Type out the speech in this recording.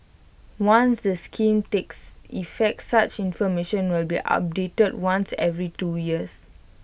once the scheme takes effect such information will be updated once every two years